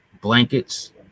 blankets